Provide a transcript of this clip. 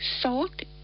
salt